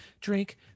drink